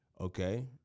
Okay